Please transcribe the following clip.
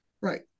Right